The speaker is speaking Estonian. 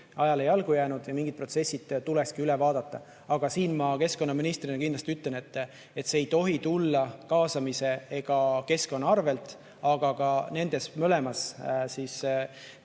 ajale jalgu jäänud ja mingid protsessid tulekski üle vaadata. Siin ma keskkonnaministrina kindlasti ütlen, et see ei tohi tulla kaasamise ega keskkonna arvel, aga nende mõlema vaates